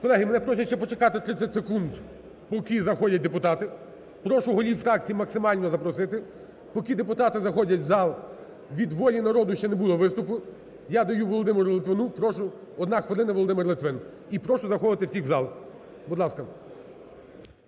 Колеги, мене просять ще почекати 30 секунд, поки заходять депутати. Прошу голів фракцій максимально запросити, поки депутати заходять в зал, від "Волі народу" ще не було виступу, я даю Володимиру Литвину, прошу одна хвилина, Володимир Литвин. І прошу заходити всіх в зал, будь ласка.